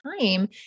time